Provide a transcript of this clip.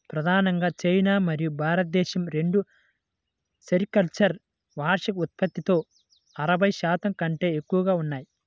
ప్రధానంగా చైనా మరియు భారతదేశం రెండూ సెరికల్చర్ వార్షిక ఉత్పత్తిలో అరవై శాతం కంటే ఎక్కువగా ఉన్నాయి